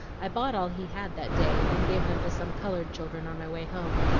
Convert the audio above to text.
i bought all he had that day, and gave them to some colored children on my way home,